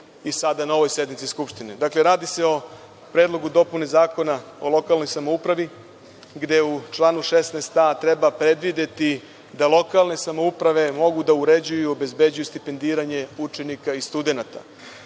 i sada na ovoj sednici Skupštine. Dakle, radi se o Predlogu dopune Zakona o lokalnoj samoupravi, gde u članu 16.a treba predvideti da lokalne samouprave mogu da uređuju, obezbeđuju stipendiranje učenika i studenata.